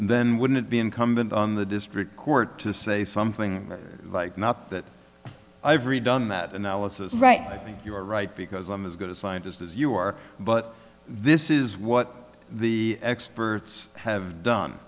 then wouldn't it be incumbent on the district court to say something like not that i've redone that analysis right i think you're right because i'm as good a scientist as you are but this is what the experts have done